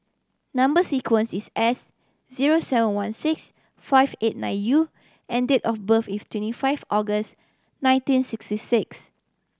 number sequence is S zero seven one six five eight nine U and date of birth is twenty five August nineteen sixty six